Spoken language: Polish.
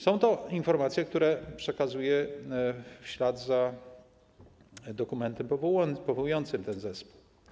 Są to informacje, które przekazuję w ślad za dokumentem powołującym ten zespół.